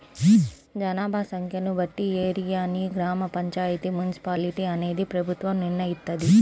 జనాభా సంఖ్యను బట్టి ఏరియాని గ్రామ పంచాయితీ, మున్సిపాలిటీ అనేది ప్రభుత్వం నిర్ణయిత్తది